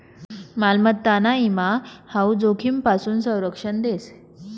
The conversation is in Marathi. मालमत्ताना ईमा हाऊ जोखीमपासून संरक्षण देस